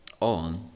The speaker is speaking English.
on